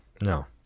No